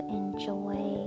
enjoy